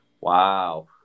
Wow